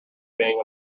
being